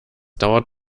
dauert